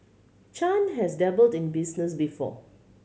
Chan has dabbled in business before